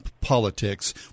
politics